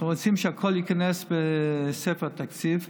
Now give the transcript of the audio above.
אנחנו רוצים שהכול ייכנס לספר התקציב,